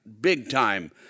big-time